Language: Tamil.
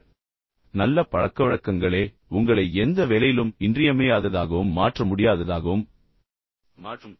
இப்போது நல்ல பழக்கவழக்கங்களே உங்களை எந்த வேலையிலும் இன்றியமையாததாகவும் மாற்ற முடியாததாகவும் மாற்றும்